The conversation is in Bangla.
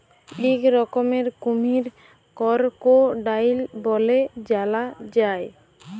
ইক রকমের কুমহির করকোডাইল ব্যলে জালা যায়